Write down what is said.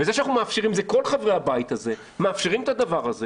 זה שאנחנו כל חברי הבית הזה מאפשרים את הדבר הזה